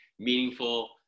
meaningful